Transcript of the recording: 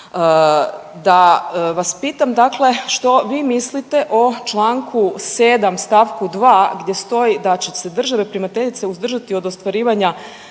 da vam pitam dakle što vi mislite o Članku 7. stavku 2. gdje stoji da će se države primateljice uzdržati od ostvarivanja